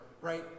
right